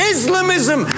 Islamism